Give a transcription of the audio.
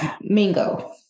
Mingo